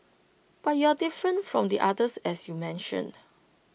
but you're different from the others as you mentioned